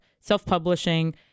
self-publishing